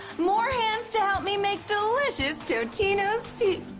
more hands to help me make delicious totinos pizza